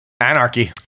anarchy